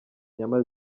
inyama